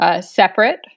separate